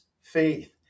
faith